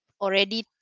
already